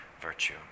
virtue